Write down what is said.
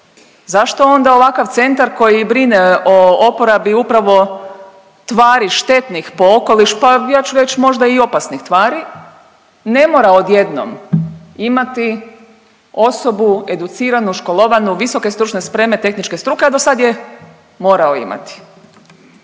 zašto onda ovakav centar koji brine o oporabi, upravo tvari štetnih po okoliš pa ja ću reć možda i opasnih tvari, ne mora odjednom imati osobu educiranu, školovanu, visoke stručne spreme tehničke struke, a do sad je morao imati.